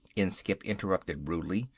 inskipp interrupted rudely.